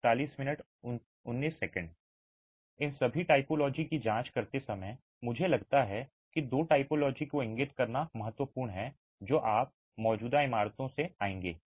इन सभी टाइपोलॉजी की जांच करते समय मुझे लगता है कि दो टाइपोलॉजी को इंगित करना महत्वपूर्ण है जो आप मौजूदा इमारतों में आएंगे